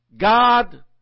God